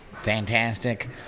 fantastic